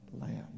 land